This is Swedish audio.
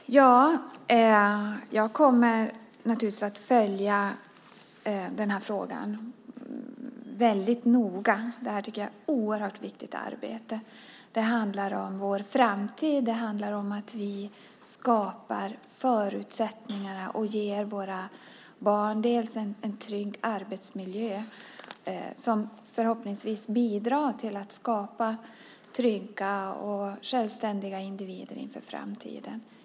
Fru talman! Jag kommer naturligtvis att följa denna fråga väldigt noga. Jag tycker att detta är ett oerhört viktigt arbete. Det handlar om vår framtid. Det handlar om att vi skapar förutsättningar och ger våra barn en trygg arbetsmiljö som förhoppningsvis bidrar till att skapa trygga och självständiga individer inför framtiden.